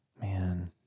man